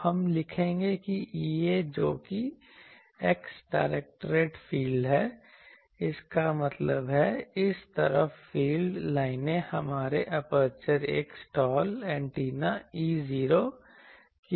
तो हम लिखेंगे कि Ea जो कि x डायरेक्टेड फ़ील्ड है इसलिए इसका मतलब है इस तरफ फ़ील्ड लाइनें हमारे एपर्चर एक स्लॉट एंटीना E0की तरह ही हैं